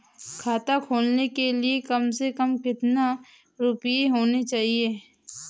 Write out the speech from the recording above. खाता खोलने के लिए कम से कम कितना रूपए होने चाहिए?